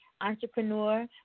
entrepreneur